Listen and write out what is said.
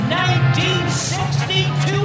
1962